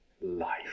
life